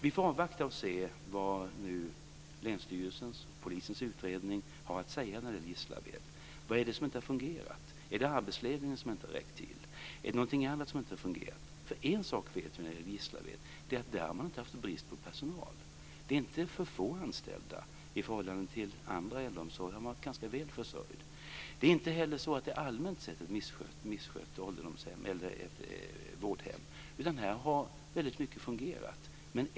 Vi får avvakta och se vad länsstyrelsens och polisens utredningar har att säga när det gäller Gislaved. Vad är det som inte har fungerat? Är det arbetsledningen som inte har räckt till? Eller är det någonting annat som inte har fungerat? En sak vet vi, och det är att man inte har haft någon brist på personal i Gislaved. Det är inte för få anställda i förhållande till annan äldreomsorg, utan man har varit ganska väl försörjd. Allmän sett rör det sig inte heller om ett missskött vårdhem, utan här har väldigt mycket fungerat.